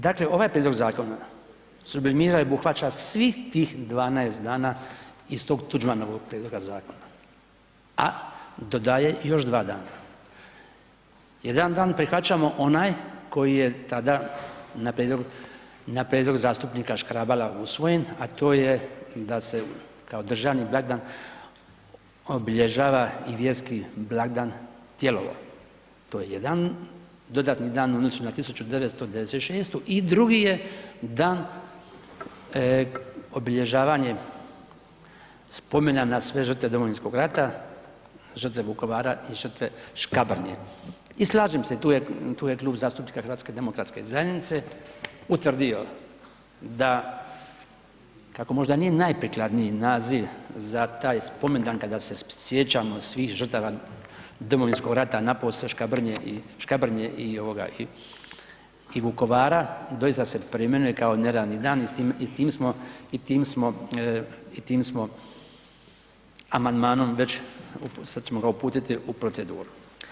Dakle, ovaj prijedlog zakona sublimira i obuhvaća svih tih 12 dana iz tog Tuđmanovog prijedloga zakona, a dodaje još 2 dana, jedan dan prihvaćamo onaj koji je tada na prijedlog, na prijedlog zastupnika Škrabala usvojen, a to je da se kao državni blagdan obilježava i vjerski blagdan Tijelovo, to je jedan dodatni dan u odnosu na 1996. i drugi je dan obilježavanje spomena na sve žrtve domovinskog rata, žrtve Vukovara i žrtve Škabrnje i slažem se, tu je, tu je Klub zastupnika HDZ-a utvrdio da kako možda nije najprikladniji naziv za taj spomendan kada se sjećamo svih žrtava domovinskog rata, napose Škabrnje i, Škabrnje i ovoga i Vukovara, doista se preimenuje kao neradni dan i s tim, i s tim smo, i tim smo, i tim smo amandmanom već, sad ćemo ga uputiti u proceduru.